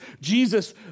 Jesus